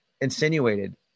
insinuated